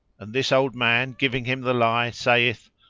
and this old man giving him the lie saith,